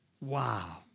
Wow